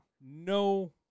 No